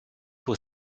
pour